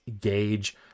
gauge